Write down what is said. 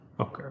Okay